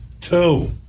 Two